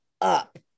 up